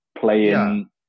playing